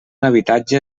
habitatge